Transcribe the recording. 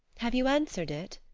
have you answered it?